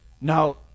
Now